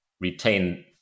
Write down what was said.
retain